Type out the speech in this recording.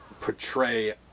portray